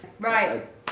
right